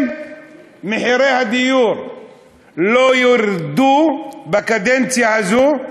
אם מחירי הדיור לא ירדו בקדנציה הזאת,